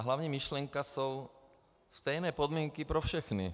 Hlavní myšlenka jsou stejné podmínky pro všechny.